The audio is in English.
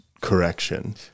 correction